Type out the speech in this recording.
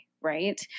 right